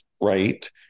right